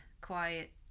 quiet